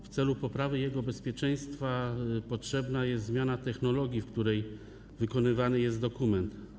W celu poprawy ich bezpieczeństwa potrzebna jest zmiana technologii, w której wykonywany jest dokument.